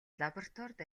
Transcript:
лабораторид